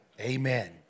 Amen